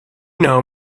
know